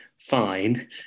fine